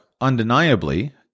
Undeniably